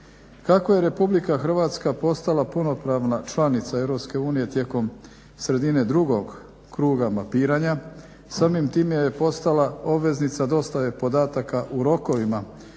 Kako je Republika Hrvatska postala punopravna članica EU tijekom sredine drugog kruga …/Govornik se ne razumije./… samim tim je postala obveznica dostave podataka u rokovima